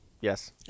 Yes